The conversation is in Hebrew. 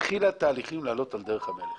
התחילה תהליכים והתחילה לעלות על דרך המלך.